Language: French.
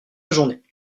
journée